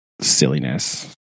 silliness